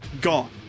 gone